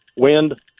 wind